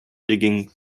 digging